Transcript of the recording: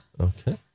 Okay